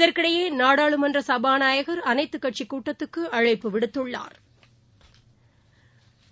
இதற்கிடையேநாடாளுமன்றசபாநாயகா் அனைத்துக் கட்சிக் கூட்டத்துக்குஅழைப்புவிடுத்துள்ளாா்